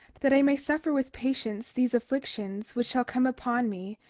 that i may suffer with patience these afflictions which shall come upon me,